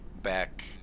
back